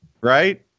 right